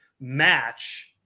match